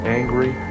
angry